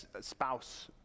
spouse